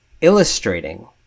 illustrating